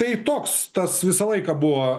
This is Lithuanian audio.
tai toks tas visą laiką buvo